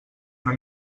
una